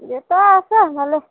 দেউতা আছে ভালে